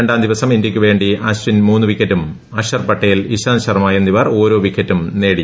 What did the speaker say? രണ്ടാംദിവസം ഇന്ത്യക്ക് വേണ്ടി ്ആൾപ്പിൻ മൂന്ന് വിക്കറ്റും അക്ഷർ പട്ടേൽ ഇഷാന്ത് ശർമ്മ എന്നിവർ ഓരോ വിക്കറ്റും നേടി